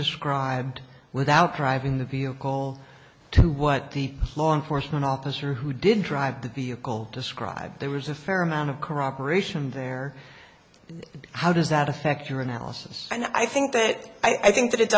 described without driving the vehicle to what the law enforcement officer who did drive the vehicle described there was a fair amount of corroboration there how does that affect your analysis and i think that i think that it